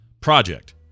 project